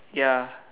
ya